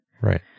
Right